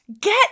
get